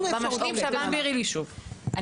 במשלים שב"ן --- תסבירי לי שוב,